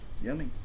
Yummy